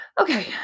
Okay